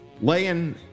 laying